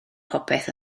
popeth